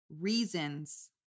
reasons